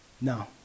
No